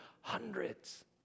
Hundreds